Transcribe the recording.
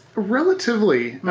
relatively.